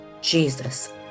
Jesus